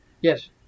Yes